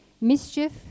mischief